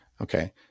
Okay